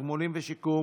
הצבעה.